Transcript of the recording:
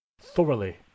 thoroughly